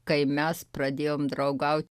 kai mes pradėjom draugaut